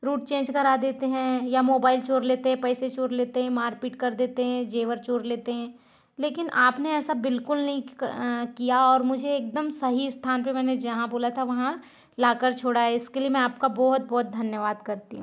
root change करा देते हैं या मोबाइल चोर लेते पैसे चोर लेते मारपीट कर देते हैं जेवर चोर लेते हैं लेकिन आपने ऐसा बिल्कुल नहीं किया और मुझे एकदम सही स्थान पर मैंने जहाँ बोला था वहाँ लाकर छोड़ा है इसके लिए मैं आपका बहुत बहुत धन्यवाद करती हूँ